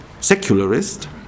secularist